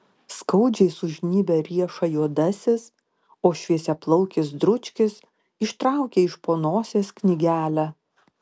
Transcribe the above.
skaudžiai sužnybia riešą juodasis o šviesiaplaukis dručkis ištraukia iš po nosies knygelę